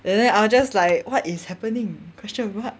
and then I will just like what is happening question what